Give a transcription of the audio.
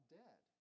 dead